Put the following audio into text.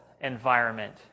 environment